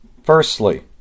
Firstly